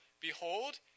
behold